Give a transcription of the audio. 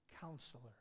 counselor